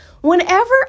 whenever